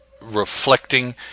reflecting